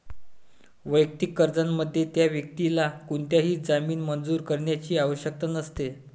वैयक्तिक कर्जामध्ये, त्या व्यक्तीला कोणताही जामीन मंजूर करण्याची आवश्यकता नसते